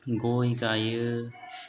गय गायो